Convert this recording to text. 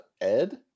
Ed